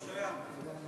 הנושא ירד